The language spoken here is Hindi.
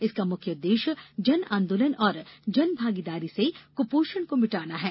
इसका मुख्य उद्देश्य जन आंदोलन और जनभागीदारी से कृपोषण को मिटाना है